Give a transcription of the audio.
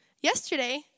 Yesterday